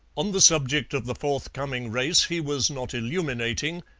on the subject of the forthcoming race he was not illuminating,